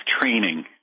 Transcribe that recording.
training